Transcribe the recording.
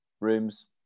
rooms